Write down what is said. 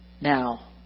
Now